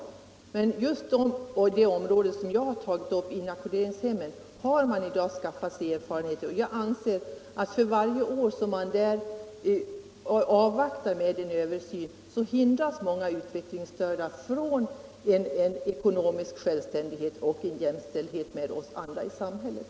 Men just på det område som jag har tagit upp, inackorderingshemmen, har man i dag skaffat sig erfarenheter, och jag anser att för varje år som vi där avvaktar med en översyn hindras många utvecklingsstörda från en ekonomisk självständighet och jämställdhet med oss andra i samhället.